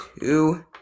two